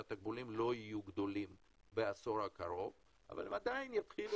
שהתקבולים לא יהיו גדולים בעשור הקרוב אבל עדיין יתחילו